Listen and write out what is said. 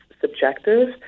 subjective